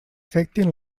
afectin